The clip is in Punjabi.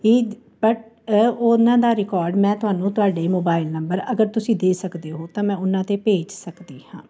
ਇਹ ਬੱਟ ਅ ਉਨ੍ਹਾਂ ਦਾ ਰਿਕੋਡ ਮੈਂ ਤੁਹਾਨੂੰ ਤੁਹਾਡੇ ਮੋਬਾਈਲ ਨੰਬਰ ਅਗਰ ਤੁਸੀਂ ਦੇ ਸਕਦੇ ਹੋ ਤਾਂ ਮੈਂ ਉਨ੍ਹਾਂ 'ਤੇ ਭੇਜ ਸਕਦੀ ਹਾਂ